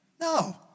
No